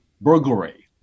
burglary